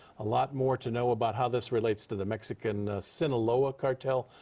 a lot more to know about how this relates to the mexican sinaloa cartel.